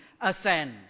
ascend